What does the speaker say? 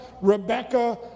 Rebecca